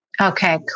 Okay